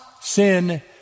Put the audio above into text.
sin